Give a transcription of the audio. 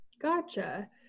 gotcha